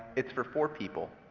it's for four people.